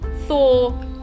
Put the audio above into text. Thor